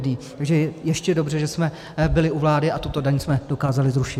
Takže ještě dobře, že jsme byli u vlády a tuto daň jsme dokázali zrušit.